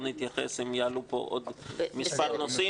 אתייחס אם יעלו פה עוד מספר נושאים.